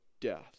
death